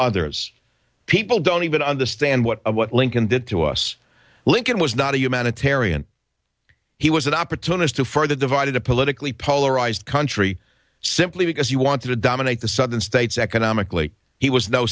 others people don't even understand what what lincoln did to us lincoln was not a humanitarian he was an opportunist to further divided a politically polarized country simply because you want to dominate the southern states economically he was no